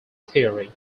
theory